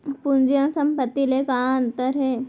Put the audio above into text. पूंजी अऊ संपत्ति ले का अंतर हे?